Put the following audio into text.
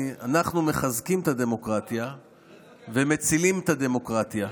אנחנו מחזקים את הדמוקרטיה ומצילים את הדמוקרטיה.